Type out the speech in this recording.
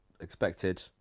expected